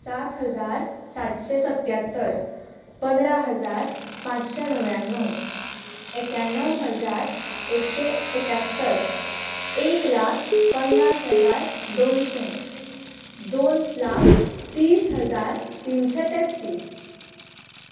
सात हजार सातशें सत्त्यात्तर पंदरा हजार पांचशें णव्याण्णव एक्याण्णव हजार एकशें एक्यात्तर एक लाक पन्नास हजार दोनशें दोन लाख तीस हजार तिनशें तेत्तीस